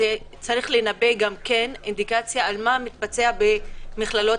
צריך לנבא גם אינדיקציה מה מתבצע במכללות,